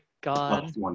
god